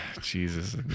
Jesus